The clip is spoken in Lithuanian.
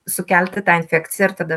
sukelti tą infekciją ir tada